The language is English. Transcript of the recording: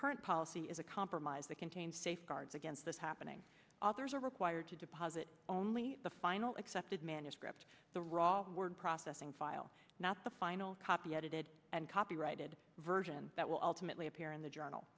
current policy is a compromise that contains safeguards against this happening authors are required to deposit only the final accepted manuscript the raw word processing file not the fine copy edited and copyrighted version that will ultimately appear in the journal